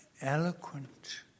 eloquent